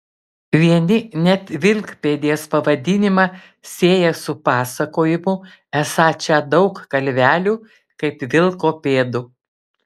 vieni net vilkpėdės pavadinimą sieja su pasakojimu esą čia daug kalvelių kaip vilko pėdų